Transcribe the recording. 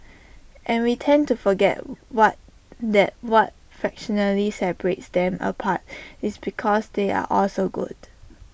and we tend to forget what that what fractionally separates them apart is because they are all so good